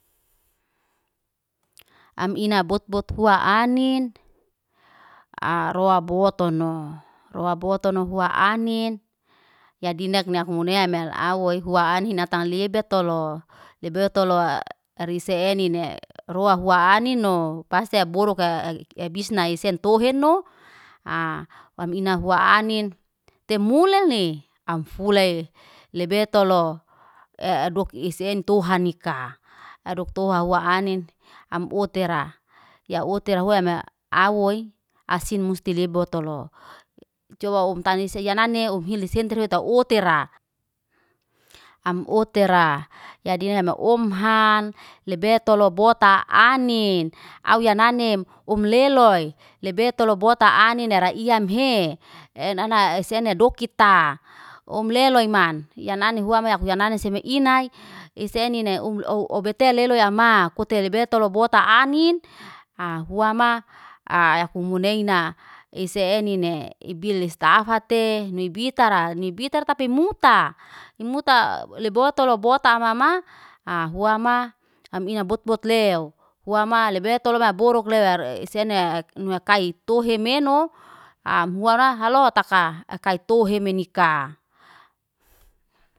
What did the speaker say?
Am ina botbot fua anin, aroa botono. Aroa botono hua anin, yadindak nia akumunea mel awoi fua an hina tal lebe tolo. Lebe tolo aa ariseenine, roa hua anin no, pasti aboruk ka aa ebis nai sentohen no, aa wam ina hua anin, te muli lee. Am fuley lebetolo, ee doug isen tuhani kaa. Adoktoha wa ani, am otera. Ya otera hua me auo woy, asin musti lebotolo. Coba um taim es yanane uubhilel sentero ta oteraa. Am otera, ya dinin omm han lebotolo bota anin. Au wiya nanim, um leloy, lebetolo bota anin ne raiya mhee, en ana esena dokita. Om leloy man, ya nane hua moy akuyani sene inay, isenine um ouu obite leloy am maff. Fute lebetolo bota anin, aa huam ma, aa yakumuneina. Isenine ibilis stafatee, ni bitaraa. Ni bitar tapi murtaa. Mutaa lebor tolo, borta mamaa. Aa hua ma, am ina botbot le'o. Hua ma lebertolo borok lear. Seney aa kai tuhe menok, am huara halo taka, kai tohemenika.